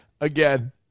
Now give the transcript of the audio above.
Again